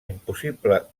impossible